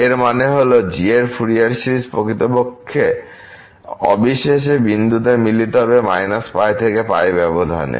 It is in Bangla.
এর মানে হল যে g এর ফুরিয়ার সিরিজ প্রকৃতপক্ষে অবিশেষে বিন্দুতে মিলিত হবে −π থেকে π ব্যাবধানে